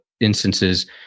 instances